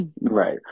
Right